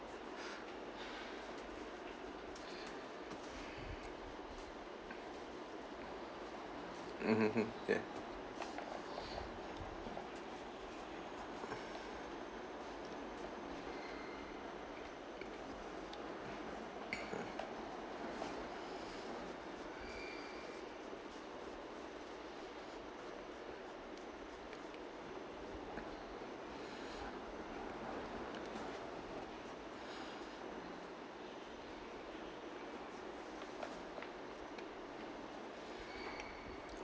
mmhmm hmm yeah mm